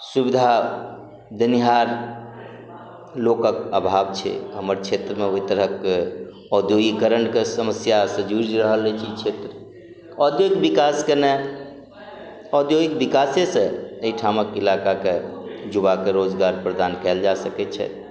सुविधा देनिहार लोकक अभाव छै हमर क्षेत्रमे ओइ तरहक औद्योगिकरणके समस्यासँ जुझि रहल अछि ई क्षेत्र औद्योगिक विकासके ने औद्योगिक विकासेसँ अइठामक इलाकाके युवाके रोजगार प्रदान कयल जा सकय छै